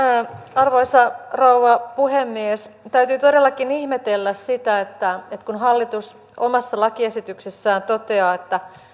arvoisa rouva puhemies täytyy todellakin ihmetellä sitä että kun hallitus omassa lakiesityksessään toteaa että